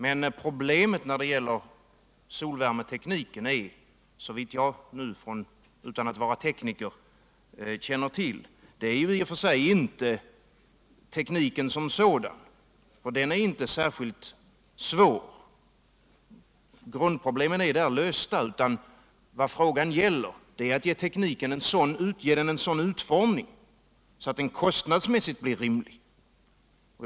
Men problemet med solvärmetekniken är ju in1e — såvitt jag utan att vara tekniker känner till - tekniken som sådan. för den är inte särskilt svår. Grundproblemen är där lösta. Vad frågan gäller är att ge tekniken en sådan utformning att den kostnadsmässigt blir rimlig.